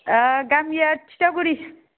ओ गामिया थिथागुरि